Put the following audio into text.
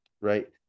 Right